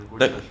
you go church